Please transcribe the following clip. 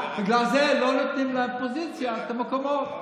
ובגלל זה לא נותנים לאופוזיציה את המקומות.